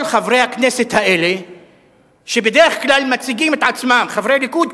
כל חברי הכנסת האלה חברי ליכוד,